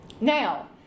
Now